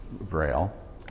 braille